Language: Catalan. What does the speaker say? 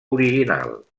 original